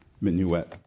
minuet